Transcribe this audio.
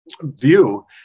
view